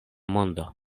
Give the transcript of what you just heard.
mondo